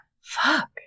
Fuck